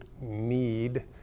need